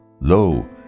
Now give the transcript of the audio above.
Lo